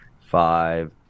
five